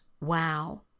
wow